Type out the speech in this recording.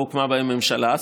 לא הוקמה בהן ממשלה,